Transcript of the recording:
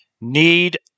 need